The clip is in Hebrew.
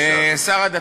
שר הדתות,